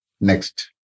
Next